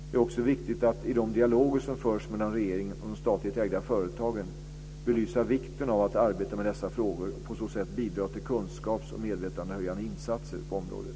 Det är även viktigt att i de dialoger som förs mellan regeringen och de statligt ägda företagen belysa vikten av att arbeta med dessa frågor och på så sätt bidra till kunskaps och medvetandehöjande insatser på området.